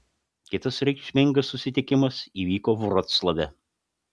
kitas reikšmingas susitikimas įvyko vroclave